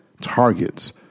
targets